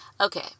Okay